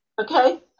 okay